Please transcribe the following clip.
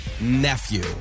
nephew